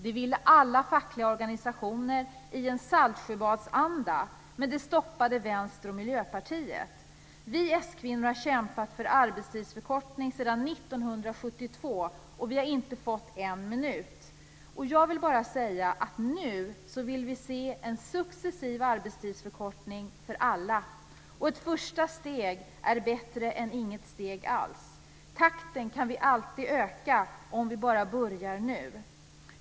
Det ville alla fackliga organisationer i en Saltsjöbadsanda, men det stoppade Vänsterpartiet och Miljöpartiet. Vi s-kvinnor har kämpat för arbetstidsförkortning sedan 1972, och vi har inte fått en minut. Jag vill bara säga att vi nu vill se en successiv arbetstidsförkortning för alla. Ett första steg är bättre än inget steg alls. Takten kan vi alltid öka, om vi bara börjar nu.